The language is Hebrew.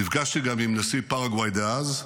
נפגשתי גם עם נשיא פרגוואי דאז,